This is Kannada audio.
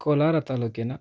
ಕೋಲಾರ ತಾಲ್ಲೂಕಿನ